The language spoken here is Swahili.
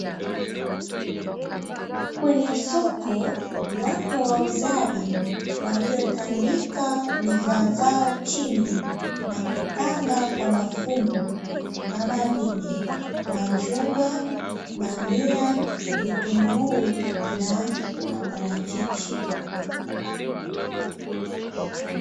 Kwenye soko wapo wauzaji waliotandika bidhaa zao chini, na kupanga kwa mafungu kama vile: machungwa, bamia, vitunguu, na maparachichi.